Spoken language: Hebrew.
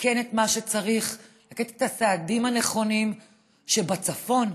לתקן את מה שצריך ולתת את הסעדים הנכונים כדי שבצפון,